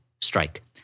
strike